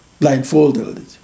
blindfolded